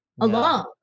Alone